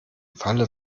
falle